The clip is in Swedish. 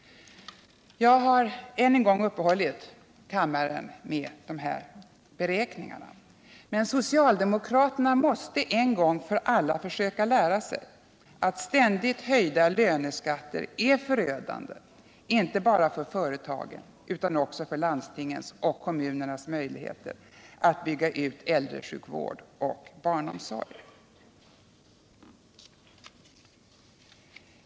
Jag har än en gång uppehållit kammaren med de här beräkningarna, men socialdemokraterna måste en gång för alla försöka lära sig att ständigt höjda löneskatter är förödande inte bara för företagen utan också för landstingens och kommunernas möjligheter att bygga ut äldresjukvård och barnomsorg.